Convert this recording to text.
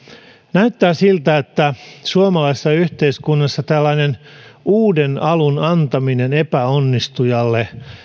näyttää siltä että suomalaisessa yhteiskunnassa tällainen uuden alun antaminen epäonnistujalle